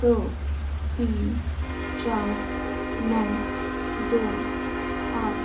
स तीन चार णव दोन आठ